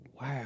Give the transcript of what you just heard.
Wow